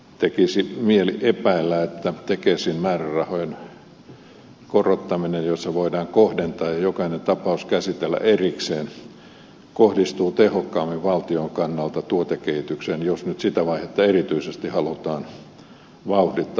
tekisi mieli epäillä että tekesin määrärahojen korottaminen jos se voidaan kohdentaa ja jokainen tapaus käsitellä erikseen kohdistuu tehokkaammin valtion kannalta tuotekehitykseen jos nyt sitä vaihetta erityisesti halutaan vauhdittaa